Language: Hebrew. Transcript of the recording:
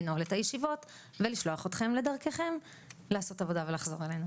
לנעול את הישיבות ולשלוח אתכם לדרככם על מנת לעשות עבודה ולחזור אלינו.